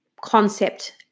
concept